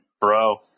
Bro